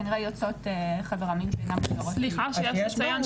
שר הבריאות ניצן הורוביץ ענבר צוקר סגנית ראש חטיבת רפואה,